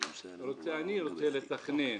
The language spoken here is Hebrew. אני רוצה לתכנן,